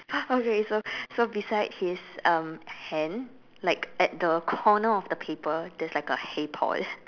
okay so so beside his um hand like at the corner of the paper there's like a hey Paul